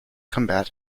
combat